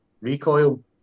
recoil